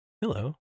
hello